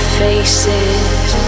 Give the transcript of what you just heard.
faces